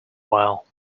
while